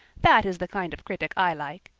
that is the kind of critic i like.